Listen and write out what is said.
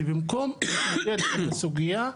ובמקום לתקן את הסוגייה,